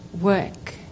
work